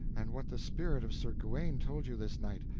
and what the spirit of sir gawaine told you this night,